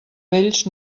vells